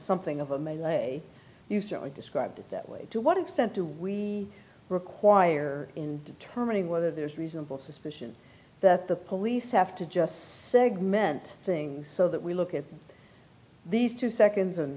something of a melee use or described it that way to what extent do we require in determining whether there's reasonable suspicion that the police have to just segment things so that we look at these two seconds and